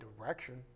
direction